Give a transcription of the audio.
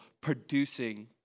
producing